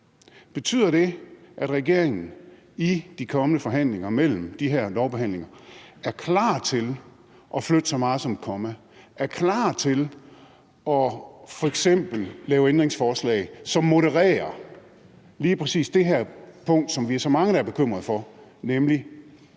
Betyder det, at regeringen i de kommende forhandlinger mellem de her lovbehandlinger er klar til at flytte så meget som et komma og er klar til f.eks. at lave ændringsforslag, som modererer lige præcis det her punkt, som vi er så mange der er bekymrede for, nemlig